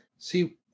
See